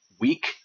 week